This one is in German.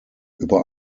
über